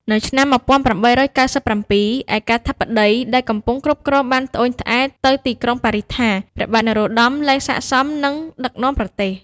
នៅឆ្នាំ ១៨៩៧ ឯកាធិបតីដែលកំពុងគ្រប់គ្រងបានត្អូញត្អែរទៅទីក្រុងប៉ារីសថា ព្រះបាទនរោត្តមលែងសាកសមនឹងដឹកនាំប្រទេស។